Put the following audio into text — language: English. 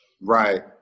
Right